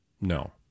No